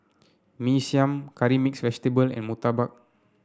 Mee Siam Curry Mixed Vegetable and Murtabak